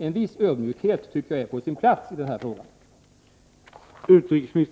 En viss ödmjukhet är på sin plats.